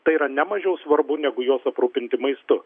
tai yra nemažiau svarbu negu juos aprūpinti maistu